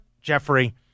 Jeffrey